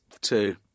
two